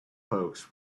folks